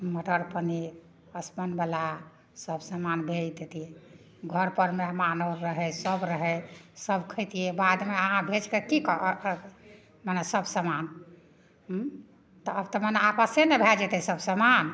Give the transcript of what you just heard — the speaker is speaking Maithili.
मटर पनीर वला सब समान भेजि देतिए घरपर मेहमान आओर रहै सभ रहै सभ खएतिए बादमे अहाँ भेजिके कि कै मने सब समान हुँ तऽ आब तऽ मने आपसे ने भए जएतै सब समान